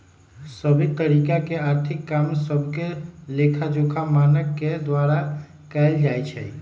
सभ तरिका के आर्थिक काम सभके लेखाजोखा मानक के द्वारा कएल जाइ छइ